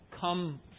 come